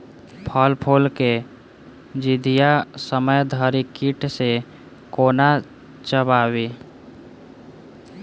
फल फुल केँ जियादा समय धरि कीट सऽ कोना बचाबी?